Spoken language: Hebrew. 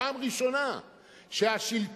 פעם ראשונה שהשלטון,